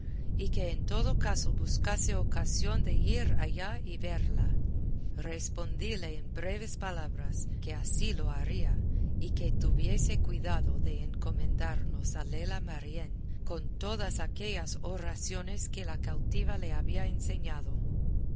y que en todo caso buscase ocasión de ir allá y verla respondíle en breves palabras que así lo haría y que tuviese cuidado de encomendarnos a lela marién con todas aquellas oraciones que la cautiva le había enseñado